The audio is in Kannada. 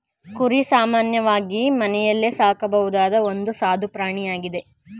ಕುರಿ ಸಾಮಾನ್ಯವಾಗಿ ಮನೆಯಲ್ಲೇ ಸಾಕಬಹುದಾದ ಒಂದು ಸಾದು ಪ್ರಾಣಿಯಾಗಿದೆ